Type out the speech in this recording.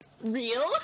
Real